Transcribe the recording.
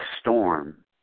storm